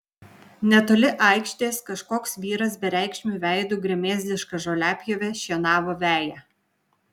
netoli aikštės kažkoks vyras bereikšmiu veidu gremėzdiška žoliapjove šienavo veją